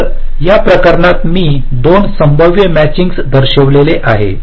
तर या प्रकरणात मी 2 संभाव्य मॅचिंगस दर्शविले आहेत